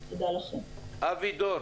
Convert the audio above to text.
אבי דור